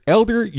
Elder